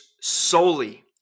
solely